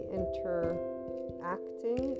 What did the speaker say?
interacting